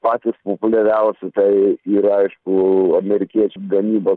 patys populiariausi tai yra aišku amerikiečių gamybos